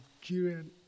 Nigerian